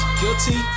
guilty